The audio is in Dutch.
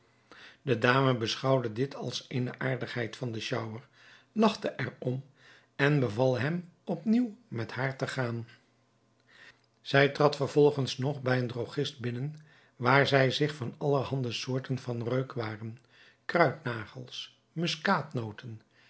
de dame beschouwde dit als eene aardigheid van den sjouwer lachte er om en beval hem op nieuw met haar te gaan zij trad vervolgens nog bij een drogist binnen waar zij zich van allerhande soorten van reukwateren kruidnagels muskaatnoten